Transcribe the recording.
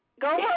Go